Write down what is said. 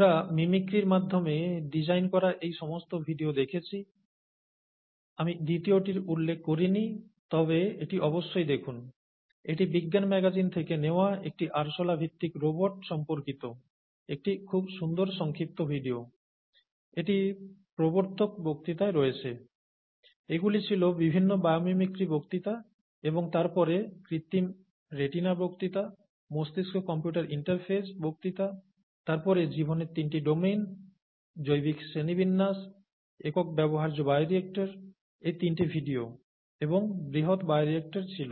আমরা মিমিক্রির মাধ্যমে ডিজাইন করা এই সমস্ত ভিডিও দেখেছি আমি দ্বিতীয়টির উল্লেখ করিনি তবে এটি অবশ্যই দেখুন এটি বিজ্ঞান ম্যাগাজিন থেকে নেওয়া একটি আরশোলা ভিত্তিক রোবট সম্পর্কিত একটি খুব সুন্দর সংক্ষিপ্ত ভিডিও এটি প্রবর্তক বক্তৃতায় রয়েছে এগুলি ছিল বিভিন্ন বায়োমিমিক্রি বক্তৃতা এবং তারপরে কৃত্রিম রেটিনা বক্তৃতা মস্তিষ্ক কম্পিউটার ইন্টারফেস বক্তৃতা তারপরে জীবনের তিনটি ডোমেন জৈবিক শ্রেণিবিন্যাস একক ব্যবহার্য বায়োরিয়ক্টর এই তিনটি ভিডিও এবং বৃহত বায়োরিয়ক্টর ছিল